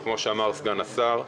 וכפי שאמר סגן השר,